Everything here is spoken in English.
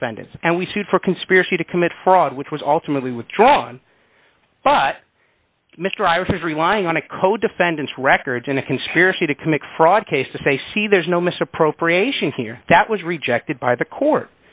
defendants and we sued for conspiracy to commit fraud which was ultimately withdrawn but mr ayers is relying on a co defendants records in a conspiracy to commit fraud case to say see there's no misappropriation here that was rejected by the court